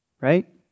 right